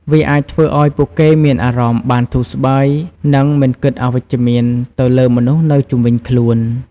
វាអាចធ្វើអោយពួកគេមានអារម្មណ៍បានធូរស្បើយ និងមិនគិតអវិជ្ជមានទៅលើមនុស្សនៅជុំវិញខ្លួន។